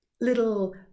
little